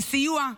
לסיוע,